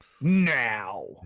now